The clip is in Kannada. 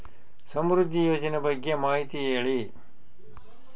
ಸಮೃದ್ಧಿ ಯೋಜನೆ ಬಗ್ಗೆ ಮಾಹಿತಿ ಹೇಳಿ?